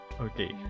Okay